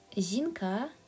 Zinka